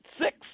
six